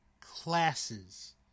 classes